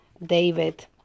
David